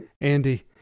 Andy